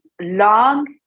long